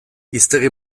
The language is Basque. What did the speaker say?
hiztegi